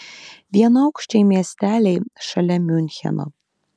vienaaukščiai miesteliai šalia miuncheno